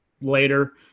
later